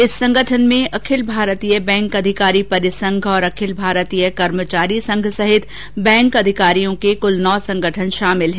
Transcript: इस संगठन में अखिल भारतीय बैंक अधिकारी परिसंघ और अखिल भारतीय बैंक कर्मचारी संघ सहित बैंक कर्मचारियों के कुल नौ संगठन शामिल हैं